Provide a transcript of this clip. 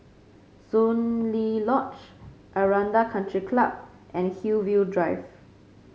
Soon Lee Lodge Aranda Country Club and Hillview Drive